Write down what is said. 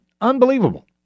unbelievable